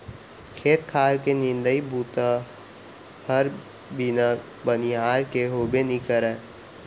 खेत खार के निंदई बूता हर बिना बनिहार के होबे नइ करय